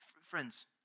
Friends